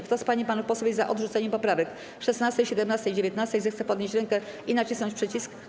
Kto z pań i panów posłów jest za odrzuceniem poprawek 16., 17. i 19., zechce podnieść rękę i nacisnąć przycisk.